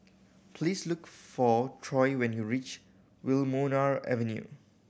please look for Troy when you reach Wilmonar Avenue